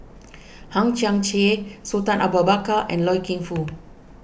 Hang Chang Chieh Sultan Abu Bakar and Loy Keng Foo